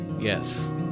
Yes